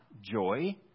joy